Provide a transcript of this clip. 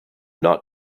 not